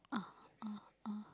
ah ah ah